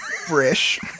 fresh